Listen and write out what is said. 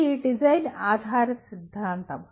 ఇది డిజైన్ ఆధారిత సిద్ధాంతం